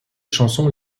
chansons